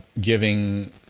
giving